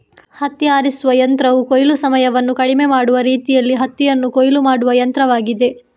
ಹತ್ತಿ ಆರಿಸುವ ಯಂತ್ರವು ಕೊಯ್ಲು ಸಮಯವನ್ನು ಕಡಿಮೆ ಮಾಡುವ ರೀತಿಯಲ್ಲಿ ಹತ್ತಿಯನ್ನು ಕೊಯ್ಲು ಮಾಡುವ ಯಂತ್ರವಾಗಿದೆ